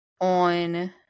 on